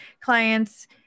clients